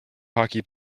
hockey